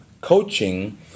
coaching